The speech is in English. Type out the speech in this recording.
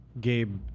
Gabe